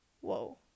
whoa